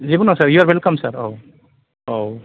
जेबो नङा sir you are welcome sir औ औ